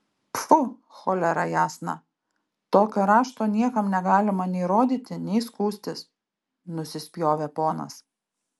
pfu cholera jasna tokio rašto niekam negalima nei rodyti nei skųstis nusispjovė ponas